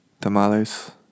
tamales